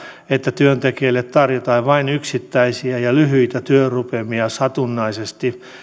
että työntekijälle tarjotaan vain yksittäisiä ja lyhyitä työrupeamia satunnaisesti